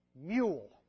mule